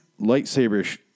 lightsaber